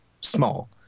small